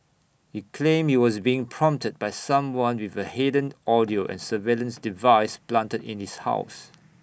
he claimed he was being prompted by someone with A hidden audio and surveillance device planted in his house